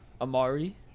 Amari